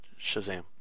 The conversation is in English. Shazam